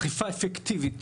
אכיפה אפקטיבית.